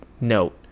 note